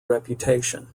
reputation